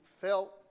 felt